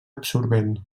absorbent